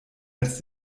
als